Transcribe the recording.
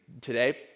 today